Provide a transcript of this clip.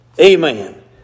Amen